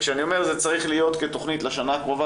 כשאני אומר שזה צריך להיות כתוכנית לשנה הקרובה